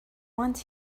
want